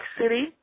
City